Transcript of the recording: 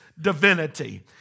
divinity